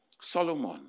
Solomon